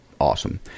Awesome